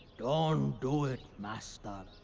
don't do it, master.